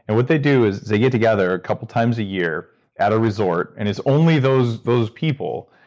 and what they do is they get together a couple times a year at a resort, and it's only those those people.